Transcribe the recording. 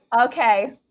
okay